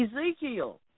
Ezekiel